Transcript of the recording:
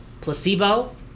Placebo